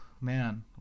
man